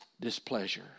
displeasure